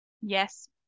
Yes